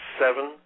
seven